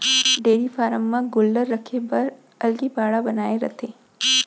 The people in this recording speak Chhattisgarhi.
डेयरी फारम म गोल्लर राखे बर अलगे बाड़ा बनाए रथें